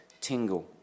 tingle